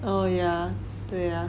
oh yeah 对 ah